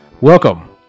Welcome